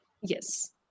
Yes